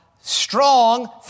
strong